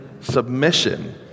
submission